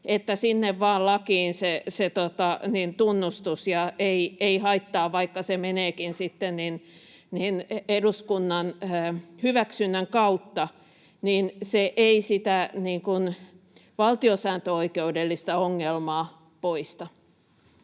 että sinne vaan lakiin se tunnustus ja ei haittaa, vaikka se meneekin sitten eduskunnan hyväksynnän kautta, niin se ei sitä valtiosääntöoikeudellista ongelmaa poista.